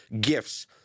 gifts